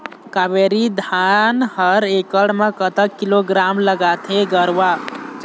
कावेरी धान हर एकड़ म कतक किलोग्राम लगाथें गरवा?